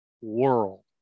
world